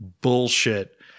bullshit